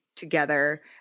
Together